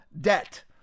debt